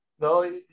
No